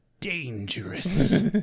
dangerous